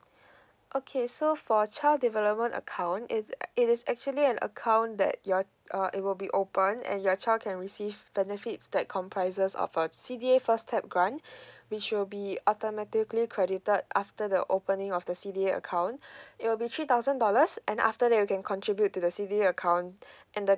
okay so for child development account it it is actually an account that your uh it will be opened and your child can receive benefits that comprises of a C D A first step grant which will be automatically credited after the opening of the C D A account it will be three thousand dollars and after that you can contribute to the C D A account and the